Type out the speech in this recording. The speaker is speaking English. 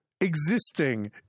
existing